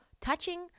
touching